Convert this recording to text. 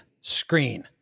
screen